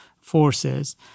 forces